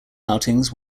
outings